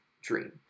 dream